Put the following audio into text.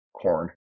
corn